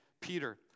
Peter